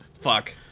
Fuck